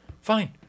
fine